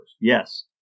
Yes